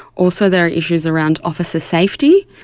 also there are issues around officer safety,